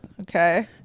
Okay